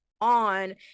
on